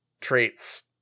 traits